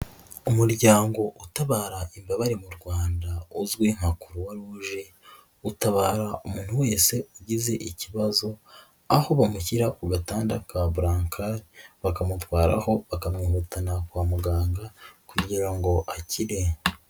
Umuryango utabara imbabare mu Rwanda uzwi nka croix rouge, utabara umuntu wese ugize ikibazo aho bamushyira ku gatanda ka bulacali ,bakamutwaraho bakamwihutana kwa muganga kugira ngo akire.